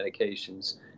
medications